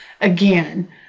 again